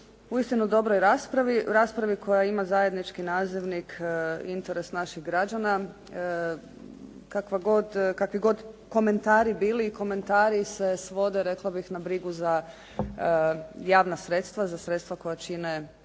uistinu dobroj raspravi. O raspravi koja ima zajednički nazivnik interes naših građana kakva god, kakvi god komentari bili, komentari se svode, rekla bih na brigu za javna sredstva, za sredstva koja čine